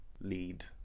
lead